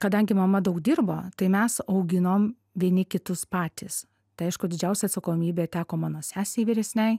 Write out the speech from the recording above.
kadangi mama daug dirbo tai mes auginom vieni kitus patys tai aišku didžiausia atsakomybė teko mano sesei vyresnei